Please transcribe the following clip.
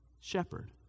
shepherd